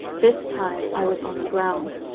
this time i was on the ground.